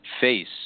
face